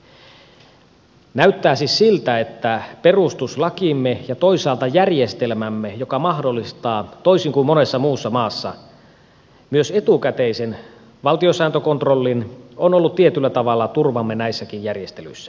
näyttää siis siltä että perustuslakimme ja toisaalta järjestelmämme joka mahdollistaa toisin kuin monessa muussa maassa myös etukäteisen valtiosääntökontrollin on ollut tietyllä tavalla turvamme näissäkin järjestelyissä